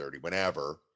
whenever